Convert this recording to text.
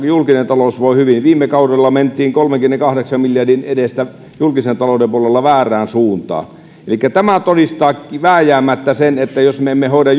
julkinen talous voi hyvin viime kaudella mentiin kolmenkymmenenkahdeksan miljardin edestä julkisen talouden puolella väärään suuntaan elikkä tämä todistaa vääjäämättä sen että jos me me emme hoida